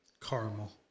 Caramel